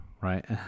right